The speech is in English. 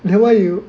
then why you